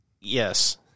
Yes